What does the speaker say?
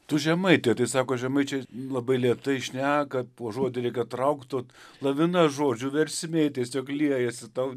tu žemaitė tai sako žemaičiai labai lėtai šneka po žodį reikia traukt lavina žodžių versmė tiesiog liejasi tau